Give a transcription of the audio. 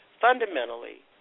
fundamentally